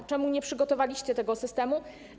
Dlaczego nie przygotowaliście tego systemu?